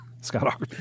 Scott